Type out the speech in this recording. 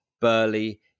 Burley